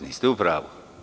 Niste u pravu.